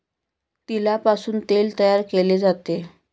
तिळापासून तेल तयार केले जाते